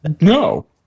No